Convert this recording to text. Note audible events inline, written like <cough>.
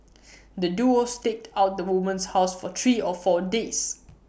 <noise> the duo staked out the woman's house for three or four days